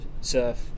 surf